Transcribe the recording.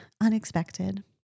unexpected